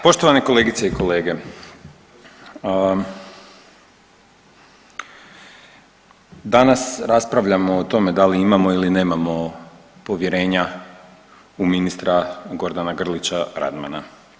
Poštovane kolegice i kolege, danas raspravljamo o tome da li imamo ili nemamo povjerenja u ministra Gordana Grlića Radmana.